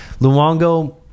Luongo